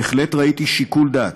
בהחלט ראיתי שיקול דעת.